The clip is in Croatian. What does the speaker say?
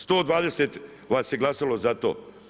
120 vas je glasalo za to.